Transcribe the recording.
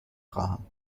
خواهم